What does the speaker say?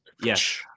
yes